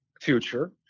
future